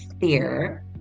fear